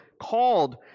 Called